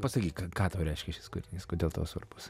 pasakyk ką tau reiškia šis kūrinys kodėl tau svarbus